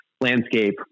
landscape